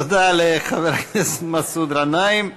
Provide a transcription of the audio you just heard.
תודה לחבר הכנסת מסעוד גנאים.